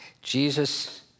Jesus